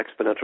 exponential